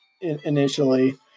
initially